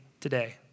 today